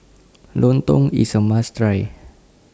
Lontong IS A must Try